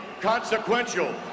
consequential